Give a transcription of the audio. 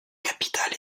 capitale